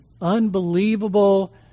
unbelievable